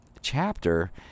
chapter